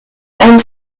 and